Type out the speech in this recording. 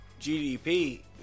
GDP